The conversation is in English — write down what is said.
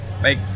Make